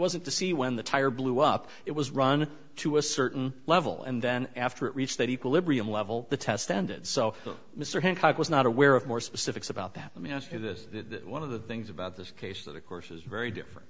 wasn't to see when the tire blew up it was run to a certain level and then after it reached that equilibrium level the test ended so mr hancock was not aware of more specifics about that i mean this one of the things about this case that of course is very different